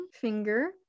finger